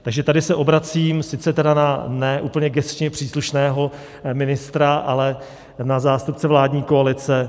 Takže tady se obracím sice tedy na ne úplně gesčně příslušného ministra, ale na zástupce vládní koalice.